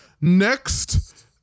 Next